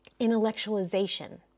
intellectualization